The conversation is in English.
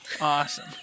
Awesome